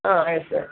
ಹಾಂ ಆಯ್ತು ಸರ್